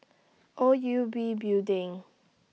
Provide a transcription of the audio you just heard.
O U B Building